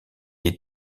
est